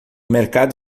mercado